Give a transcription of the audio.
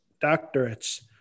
doctorates